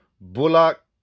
Bullock